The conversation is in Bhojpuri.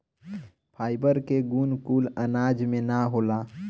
फाइबर के गुण कुल अनाज में ना होला